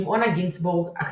שמעונה גינצבורג,